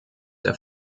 der